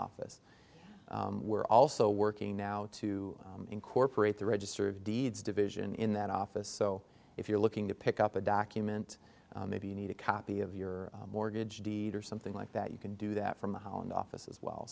office we're also working now to incorporate the register of deeds division in that office so if you're looking to pick up a document maybe you need a copy of your mortgage deed or something like that you can do that from the holland office as well